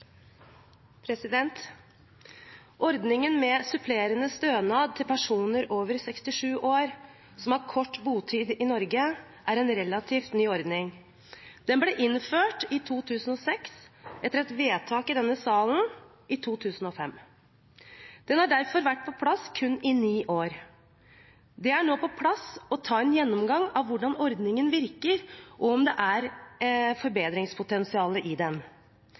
Ordningen med supplerende stønad til personer over 67 år som har kort botid i Norge, er en relativt ny ordning. Den ble innført i 2006, etter et vedtak i denne salen i 2005. Den har derfor vært på plass kun i ni år. Det er nå på sin plass å ta en gjennomgang av hvordan ordningen virker, og om